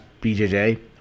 BJJ